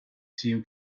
team